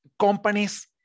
companies